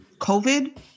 COVID